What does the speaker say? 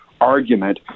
argument